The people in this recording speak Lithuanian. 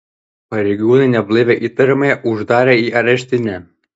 pareigūnai neblaivią įtariamąją uždarė į areštinę